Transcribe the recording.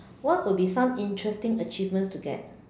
what will be some interesting achievements to get